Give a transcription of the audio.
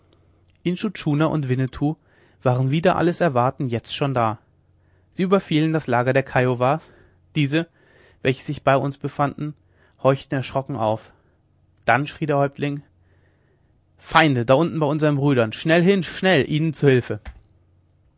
und winnetou waren wider alles erwarten jetzt schon da sie überfielen das lager der kiowas diese welche sich bei uns befanden horchten erschrocken auf dann schrie der häuptling feinde da unten bei unsern brüdern schnell hin schnell ihnen zu hilfe